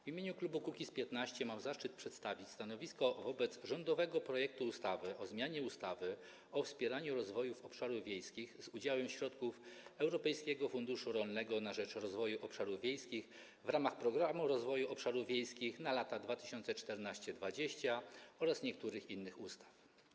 W imieniu klubu Kukiz’15 mam zaszczyt przedstawić stanowisko wobec rządowego projektu ustawy o zmianie ustawy o wspieraniu rozwoju obszarów wiejskich z udziałem środków Europejskiego Funduszu Rolnego na rzecz Rozwoju Obszarów Wiejskich w ramach Programu Rozwoju Obszarów Wiejskich na lata 2014–2020 oraz niektórych innych ustaw.